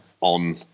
on